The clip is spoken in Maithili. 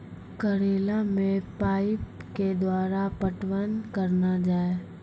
करेला मे पाइप के द्वारा पटवन करना जाए?